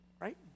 right